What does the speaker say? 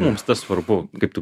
mums tas svarbu kaip tu